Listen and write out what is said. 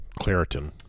claritin